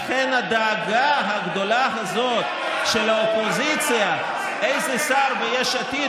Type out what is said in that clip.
לכן הדאגה הגדולה הזאת של האופוזיציה איזה שר ביש עתיד